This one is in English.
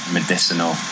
Medicinal